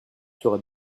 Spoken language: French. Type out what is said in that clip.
sera